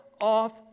off